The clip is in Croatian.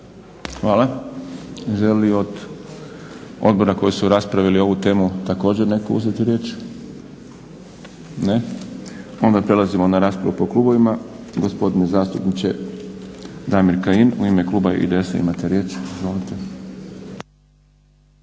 Hvala. Želi li od odbora koji su raspravljali ovu temu također netko uzeti riječ? Ne. Onda prelazimo na raspravu po klubovima. Gospodine zastupniče Damir Kajin u ime kluba IDS-a imate riječ. Izvolite.